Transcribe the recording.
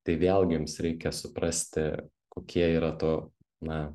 tai vėlgi jums reikia suprasti kokie yra to na